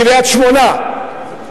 קריית-שמונה,